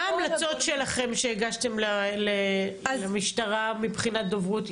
מה ההמלצות שלכם שהגשתם למשטרה, מבחינת דוברות?